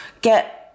get